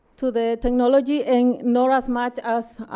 to the technology and not as much